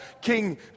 King